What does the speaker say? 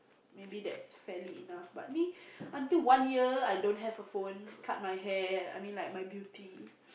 maybe that's fairly enough but me until one year I don't have a phone cut my hair I mean like my beauty